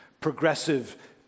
Progressive